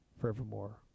forevermore